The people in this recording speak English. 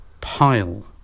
pile